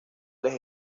tres